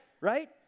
right